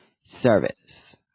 service